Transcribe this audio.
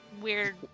weird